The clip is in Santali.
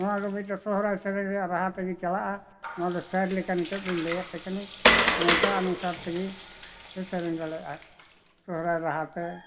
ᱱᱚᱣᱟ ᱫᱚ ᱢᱤᱫᱴᱟᱝ ᱥᱚᱦᱨᱟᱭ ᱥᱮᱨᱮᱧ ᱨᱮᱱᱟᱜ ᱨᱟᱦᱟ ᱛᱮᱜᱮ ᱪᱟᱞᱟᱜᱼᱟ ᱱᱚᱣᱟ ᱫᱚ ᱥᱮᱨ ᱞᱮᱠᱟ ᱱᱤᱛᱳᱜ ᱫᱚᱧ ᱞᱟᱹᱭᱟᱯᱮ ᱠᱟᱹᱱᱟᱹᱧ ᱱᱚᱝᱠᱟ ᱟᱱᱩᱥᱟᱨ ᱛᱮᱜᱮ ᱯᱮ ᱥᱮᱨᱮᱧ ᱫᱟᱲᱮᱭᱟᱜᱼᱟ ᱥᱚᱦᱨᱟᱭ ᱨᱟᱦᱟ ᱛᱮ